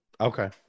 Okay